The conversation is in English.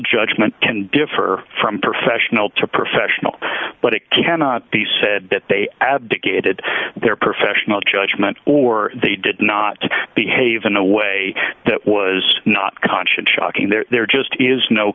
judgment can differ from professional to professional but it cannot be said that they abdicated their professional judgment or they did not behave in a way that was not conscience shocking there just is no